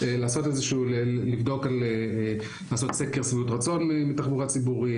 לעשות סקר שביעות רצון מתחבורה ציבורית,